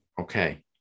okay